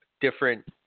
different